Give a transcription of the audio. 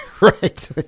right